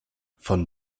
von